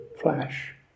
flash